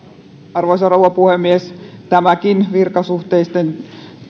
arvoisa rouva puhemies tämäkin virkasuhteisten